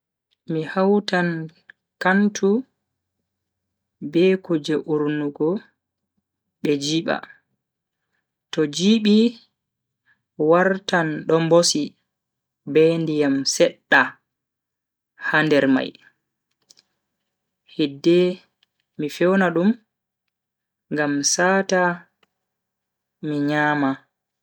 mi hautan kantu be kuje urnugo be jiba. to jibi wartan do mbosi be ndiyam sedda ha nder mai, hidde mi fewna dum ngam saata mi nyama.